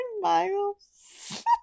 miles